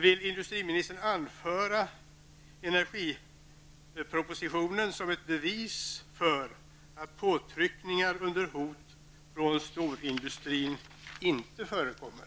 Vill industriministern anföra energipropositionen som ett bevis på att påtryckningar under hot från storindustrin inte förekommer?